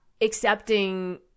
accepting